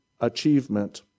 achievement